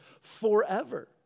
forever